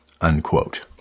unquote